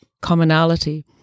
commonality